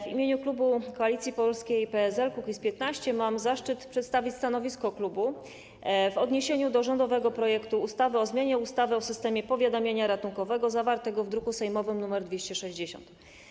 W imieniu klubu Koalicja Polska - PSL - Kukiz15 mam zaszczyt przedstawić stanowisko w odniesieniu do rządowego projektu ustawy o zmianie ustawy o systemie powiadamiania ratunkowego, zawartego w druku sejmowym nr 260.